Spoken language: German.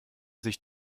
sich